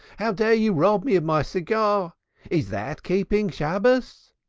how dare you rob me of my cigar is that keeping shabbos?